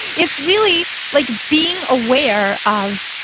it's really like being aware of,